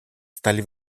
стали